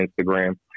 Instagram